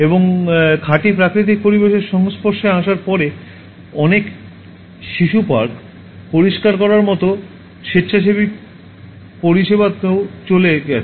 এবং খাঁটি প্রাকৃতিক পরিবেশের সংস্পর্শে আসার পরে অনেক শিশু পার্ক পরিষ্কার করার মতো স্বেচ্ছাসেবী পরিষেবাতে চলে গেছে